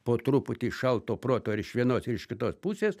po truputį šalto proto ir iš vienos ir iš kitos pusės